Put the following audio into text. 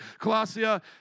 Colossia